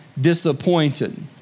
disappointed